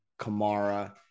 Kamara